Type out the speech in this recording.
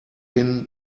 thin